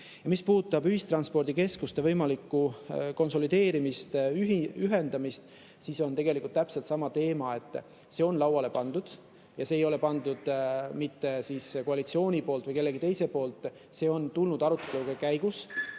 Mis puudutab ühistranspordikeskuste võimalikku konsolideerimist, ühendamist, siis on tegelikult täpselt sama teema, et see on lauale pandud. Ja seda ei ole ette pannud mitte koalitsioon või keegi teine, vaid see on välja tulnud arutelude käigus.